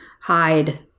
hide